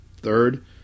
Third